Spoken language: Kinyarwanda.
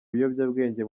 biyobyabwenge